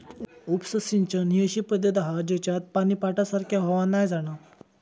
उपसा सिंचन ही अशी पद्धत आसा जेच्यात पानी पाटासारख्या व्हावान नाय जाणा